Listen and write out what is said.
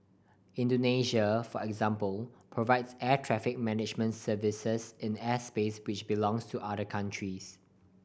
Indonesia for example provides air traffic management services in airspace which belongs to other countries